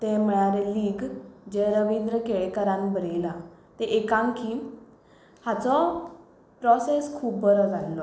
तें म्हळ्यार लीग जें रविंद्र केळेकरान बरयलां तें एकांकी हाचो प्रॉसॅस खूब बरो जाल्लो